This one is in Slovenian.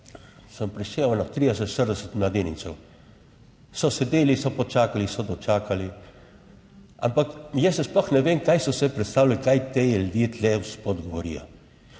sem prišel na 30, 40 mladeničev, so sedeli, so počakali, so dočakali, ampak jaz se sploh ne vem kaj so si predstavljali. Kaj ti ljudje tu, gospod, govorijo?